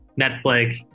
Netflix